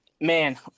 man